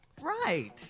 Right